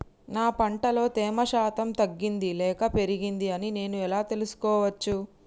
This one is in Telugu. నా పంట లో తేమ శాతం తగ్గింది లేక పెరిగింది అని నేను ఎలా తెలుసుకోవచ్చు?